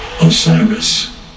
Osiris